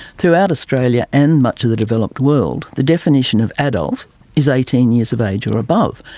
throughout australia and much of the developed world, the definition of adult is eighteen years of age or above.